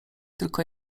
tylko